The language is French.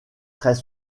très